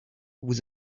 vous